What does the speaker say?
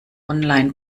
online